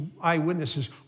eyewitnesses